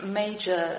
major